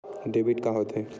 Debit का होथे?